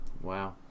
Wow